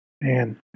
Man